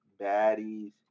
baddies